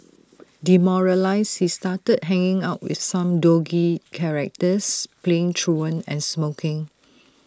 demoralised he started hanging out with some dodgy characters playing truant and smoking